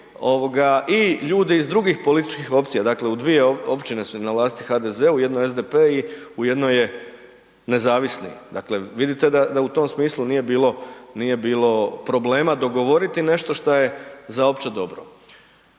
i ljudi iz drugih političkih opcija dakle u dvije općine su im na vlasti HDZ, u jednoj SDP i u jednoj je nezavisni, dakle vidite da u tom smislu nije bilo problema dogovoriti nešto šta je za opće dobro.